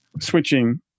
switching